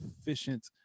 efficient